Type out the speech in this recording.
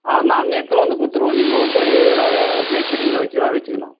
ஆ நாங்கள் எடுத்துன்னு வந்து கொடுத்துருவோம் நீங்கள் வந்து மேஸ்திரிங்களை வச்சிதான் வச்சிக்கணும்